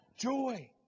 joy